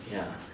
ya